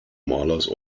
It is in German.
malers